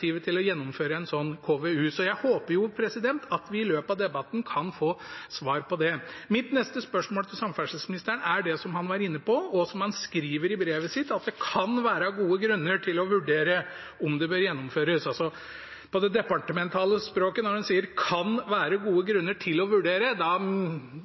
til å gjennomføre en KVU, så jeg håper at vi i løpet av debatten kan få svar på det. Mitt neste spørsmål til samferdselsministeren gjelder det som han var inne på, og som han skriver i brevet sitt, at det kan være gode grunner til å vurdere om det bør gjennomføres. Når en på det departementale språket sier at det «kan være gode